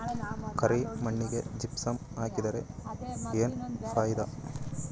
ಕರಿ ಮಣ್ಣಿಗೆ ಜಿಪ್ಸಮ್ ಹಾಕಿದರೆ ಏನ್ ಫಾಯಿದಾ?